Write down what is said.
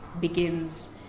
begins